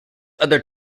other